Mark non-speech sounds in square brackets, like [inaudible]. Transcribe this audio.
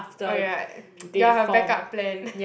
oh ya [noise] you are her backup plan [laughs]